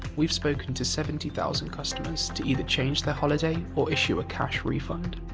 we've spoken to seventy thousand customers to either change their holidays or issue a cash refund.